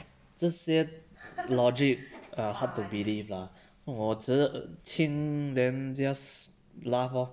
这些 logic are hard to believe lah 我只是听 then just laugh lor